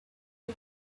and